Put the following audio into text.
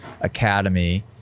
academy